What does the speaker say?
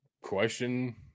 question